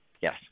Yes